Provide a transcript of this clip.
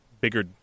bigger